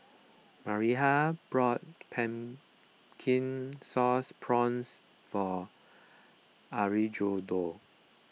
Miriah brought Pumpkin Sauce Prawns for Alejandro